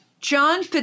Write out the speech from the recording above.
John